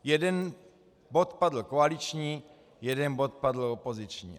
Jeden bod padl koaliční, jeden bod padl opoziční.